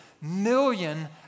million